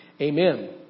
Amen